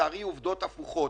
עובדות הפוכות.